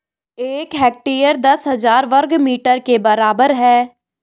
एक हेक्टेयर दस हजार वर्ग मीटर के बराबर है